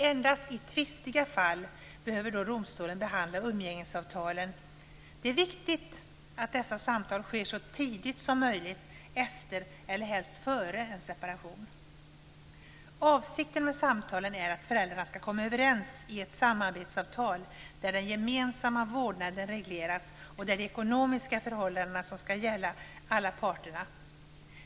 Endast i tvistiga fall behöver då domstolen behandla umgängesavtalen. Det är viktigt att dessa samtal sker så tidigt som möjligt efter, eller helst före, en separation. Avsikten med samtalen är att föräldrarna ska komma överens i ett samarbetsavtal där den gemensamma vårdnaden regleras, och även de ekonomiska förhållanden som ska gälla mellan parterna.